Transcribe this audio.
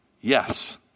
yes